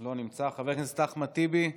לא נמצא, חבר הכנסת אחמד טיבי,